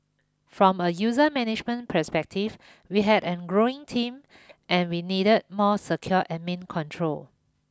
from a user management perspective we had an growing team and we needed more secure Admin Control